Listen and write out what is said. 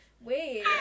wait